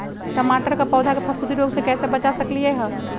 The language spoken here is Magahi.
टमाटर के पौधा के फफूंदी रोग से कैसे बचा सकलियै ह?